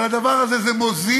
אבל הדבר הזה, זה מוזיל.